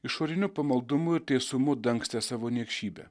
išoriniu pamaldumu ir teisumu dangstė savo niekšybę